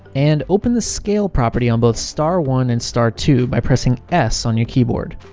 and open the scale property on both star one and star two by pressing s on your keyboard.